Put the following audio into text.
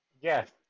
Yes